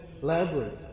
labyrinth